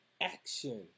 action